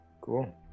Cool